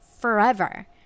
forever